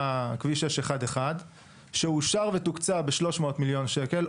כביש 611 שאושר ותוקצב ב-300 מיליון שקלים,